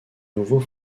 nouveaux